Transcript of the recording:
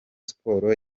sports